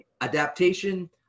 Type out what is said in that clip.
adaptation